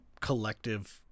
collective